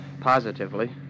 positively